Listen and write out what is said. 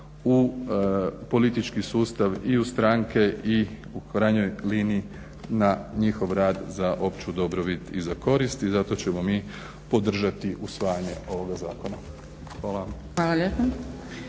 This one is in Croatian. u politički sustav i u stranke i u krajnjoj liniji na njihov rad za opću dobrobit i za korist i zato ćemo mi podržati usvajanje ovoga zakona. Hvala. **Zgrebec,